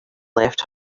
left